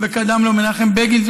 וקדם לו מנחם בגין,